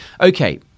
Okay